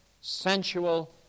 sensual